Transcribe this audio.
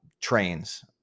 trains